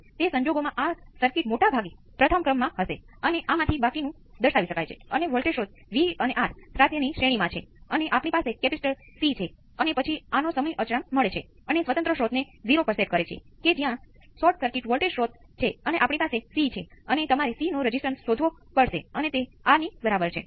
તો આના રિસ્પોન્સ માં વાસ્તવિક ભાગ કોસાઇન કોસ એમ્પ્લિટ્યુડ એ V p વિભાજિત વર્ગમૂળ માં 1 ω વર્ગ c વર્ગ Rવર્ગ છે અને જેનું argument ω t ϕ minus tan inverse ω cR છે